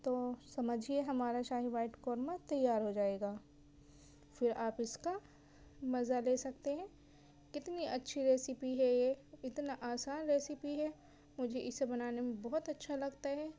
تو سمجھیے ہمارا شاہی وائٹ قورمہ تیار ہو جائے گا پھر آپ اس کا مزہ لے سکتے ہیں کتنی اچھی ریسیپی ہے یہ اتنا آسان ریسیپی ہے مجھے اسے بنانے میں بہت اچھا لگتا ہے